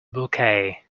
bouquet